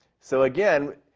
so, again,